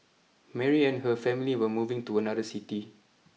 Mary and her family were moving to another city